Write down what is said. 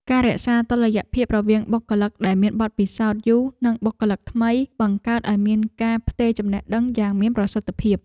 ការរក្សាតុល្យភាពរវាងបុគ្គលិកដែលមានបទពិសោធន៍យូរនិងបុគ្គលិកថ្មី បង្កើតឱ្យមានការផ្ទេរចំណេះដឹងយ៉ាងមានប្រសិទ្ធភាព។